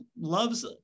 loves